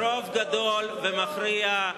ברוב גדול ומכריע.